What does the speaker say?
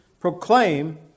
proclaim